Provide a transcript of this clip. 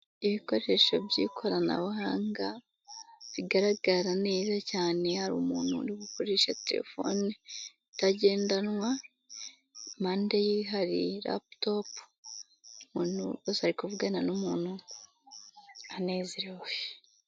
Ibikoresho by'ikoranabuhanga bigaragara neza cyane, hari umuntu uri gukoresha telefoni itagendanwa, impande ye hari laputopu umuntu ubaza ari kuvugana n'umuntu anezerewe.